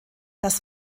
dass